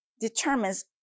determines